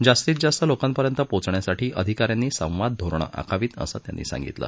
जास्तीत जास्त लोकांपर्यंत पोचण्यासाठी अधिका यांनी संवाद धोरणं आखावीत असं त्यांनी सांगितलं